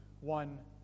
one